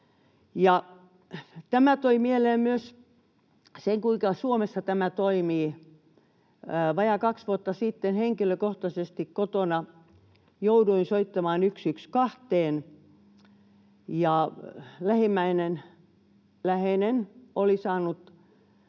tämä toi mieleen myös sen, kuinka Suomessa tämä toimii. Vajaa kaksi vuotta sitten jouduin henkilökohtaisesti kotona soittamaan 112:een, kun lähimmäinen, läheinen, oli saanut